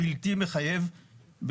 בלתי מחייב,